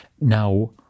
Now